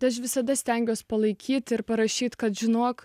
nes visada stengiuosi palaikyti ir parašyti kad žinok